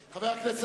בעד?